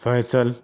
Faisal